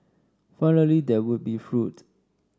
finally there would be fruit